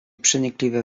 przenikliwie